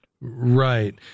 Right